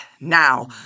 now